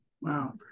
wow